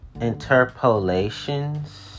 Interpolations